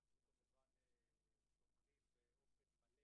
אנחנו כמובן תומכים באופן מלא